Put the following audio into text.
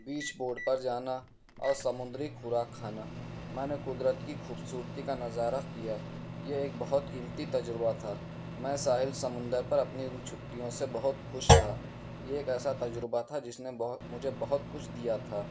بیچ boat پر جانا اور سمندری خوراک کھانا میں نے قدرت کی خوبصورتی کا نظارہ کیا یہ ایک بہت قیمتی تجربہ تھا میں ساحل سمندر پر اپنی ان چھٹیوں سے بہت خوش تھا یہ ایک ایسا تجربہ تھا جس نے بہت مجھے بہت کچھ دیا تھا